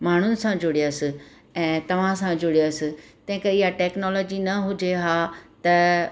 माण्हुनि सां जुड़ियसि ऐं तव्हां सां जुड़ियसि तंहिं खां इअं टेक्नोलॉजी न हुजे हा त